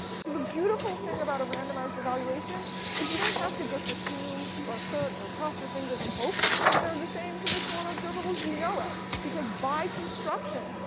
so the beautiful thing about a randomized evaluation is you don't have to just assume or assert or cross your fingers and hope that they're the same conditionals and observables. you know it because by construction,